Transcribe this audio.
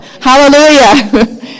Hallelujah